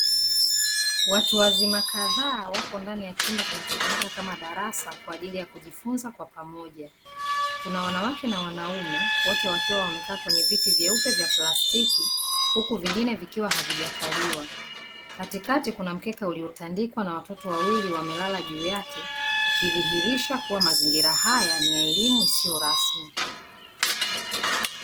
Watu wazima kadhaa wako ndani ya chumba kinachotumika kama darasa kwa ajili ya kujifunza kwa pamoja. Kuna wanawake na wanaume wote wakiwa wamekaa kwenye viti vyeupe vya plastiki, huku vingine vikiwa havijakaliwa. Katikati kuna mkeka uliotandikwa na watoto wawili wamelala juu yake, ikidhihirisha mazingira haya ni ya elimu isiyo rasmi.